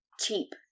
cheap